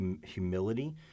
humility